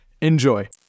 Enjoy